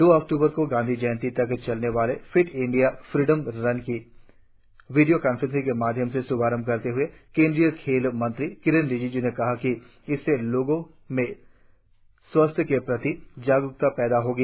दो अक्टूबर गांधी जयंती तक चलते वाले फिट इंडिया फ्रीडम रन का वीडियो कांफ्रेंसिंग के माध्यम से श्भारंभ करते हुए केंद्रीय खेल मंत्री किरेन रिजिजू ने कहा है कि इससे लोंगो में स्वास्थ्य के प्रति जागरुकता पैदा होगी